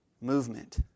movement